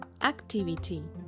Activity